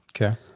Okay